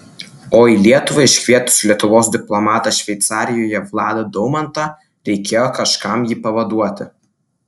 o į lietuvą iškvietus lietuvos diplomatą šveicarijoje vladą daumantą reikėjo kažkam jį pavaduoti